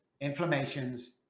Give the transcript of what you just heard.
inflammations